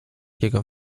jego